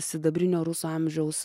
sidabrinio rusų amžiaus